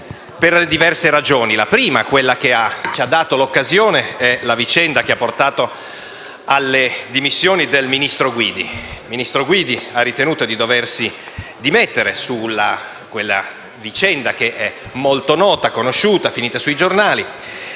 per diverse ragioni. La prima, quella che ci ha dato l'occasione, è la vicenda che ha portato alle dimissioni del ministro Guidi, la quale ha ritenuto di doversi dimettere per la vicenda molto nota, finita sui giornali.